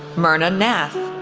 mirna nath,